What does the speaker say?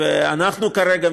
ואנחנו כרגע,